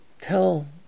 tell